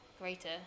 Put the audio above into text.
greater